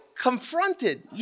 confronted